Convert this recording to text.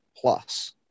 plus